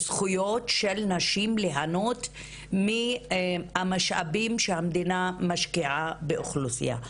הזכויות של נשים ליהנות מהמשאבים שהמדינה משקיעה באוכלוסיה.